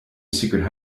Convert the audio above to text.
secret